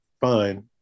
fine